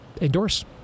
endorse